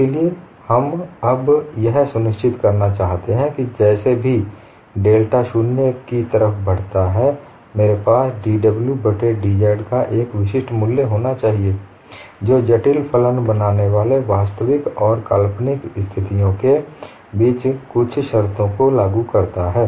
इसलिए अब हम यह सुनिश्चित करना चाहते हैं कि जैसे भी डेल्टा z शून्य की तरफ बढता है मेरे पास dw बट्टे dz का एक विशिष्ट मूल्य होना चाहिए जो जटिल फलन बनाने वाले वास्तविक और काल्पनिक स्थितियां के बीच कुछ शर्तों को लागू करता है